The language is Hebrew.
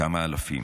כמה אלפים.